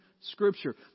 Scripture